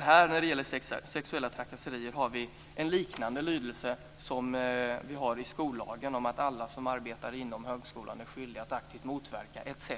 När det gäller sexuella trakasserier har vi även här en liknande lydelse som i skollagen om att alla som arbetar inom högskolan är skyldiga att aktivt motverka etc.